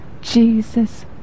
Jesus